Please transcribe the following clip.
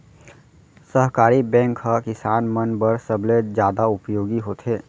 सहकारी बैंक ह किसान मन बर सबले जादा उपयोगी होथे